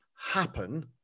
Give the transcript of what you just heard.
happen